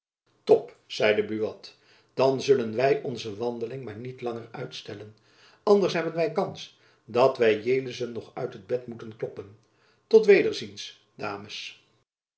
zeide buat dan zullen wy onze wandeling maar niet langer uitstellen anders hebben wy kans dat wy jelissen nog uit het bed moeten kloppen tot wederziens dames